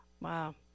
Wow